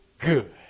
good